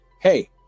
hey